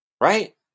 right